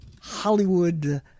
Hollywood